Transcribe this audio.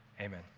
amen